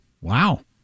Wow